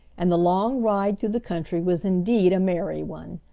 and the long ride through the country was indeed a merry one.